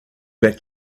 back